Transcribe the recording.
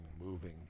moving